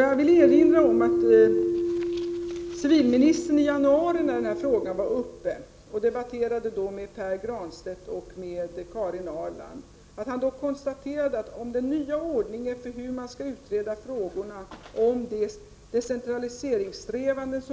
Jag vill erinra om att civilministern i januari, när denna fråga var uppe och han debatterade med Pär Granstedt och Karin Ahrland, konstaterade att det, om den nya ordningen för hur man skall utreda frågorna om decentraliseringssträvandena